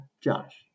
josh